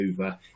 over